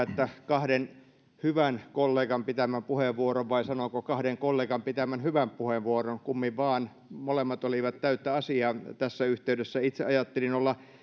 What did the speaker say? että kahden hyvän kollegan pitämä puheenvuoro vai sanonko kahden kollegan pitämä hyvä puheenvuoro kummin vaan molemmat olivat täyttä asiaa tässä yhteydessä ajattelin itse olla